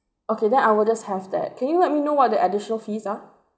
okay then I will just have that can you let me know what the additional fees are